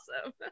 awesome